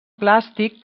plàstic